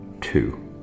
Two